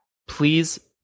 please